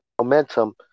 momentum